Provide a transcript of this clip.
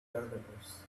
travelers